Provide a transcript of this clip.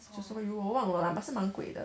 我忘了 but 是蛮贵的